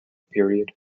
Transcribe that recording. period